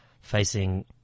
facing